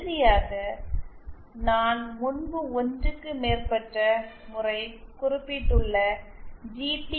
இறுதியாக நான் முன்பு ஒன்றுக்கு மேற்பட்ட முறை குறிப்பிட்டுள்ள ஜி